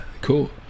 cool